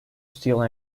steal